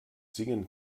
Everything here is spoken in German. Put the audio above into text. singen